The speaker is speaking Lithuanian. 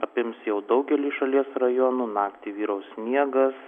apims jau daugelį šalies rajonų naktį vyraus sniegas